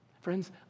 Friends